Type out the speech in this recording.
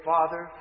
Father